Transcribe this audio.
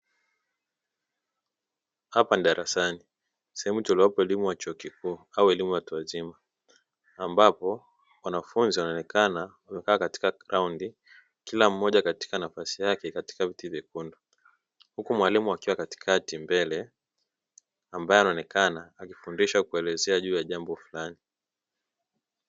Hapa ni darasani sehemu itolewapo elimu ya chuo kikuu, au elimu ya watu wazima, ambapo wanafunzi wanaonekana wamekaa katika vikundi kila mmoja katika nafasi yake katika mtiririko mzuri, huku mwalimu akiwa katikati mbele ambaye anaonekana akifundisha kuelezea juu ya jambo fulani.